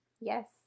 Yes